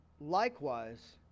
Likewise